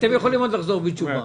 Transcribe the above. אתם יכולים עוד לחזור בתשובה.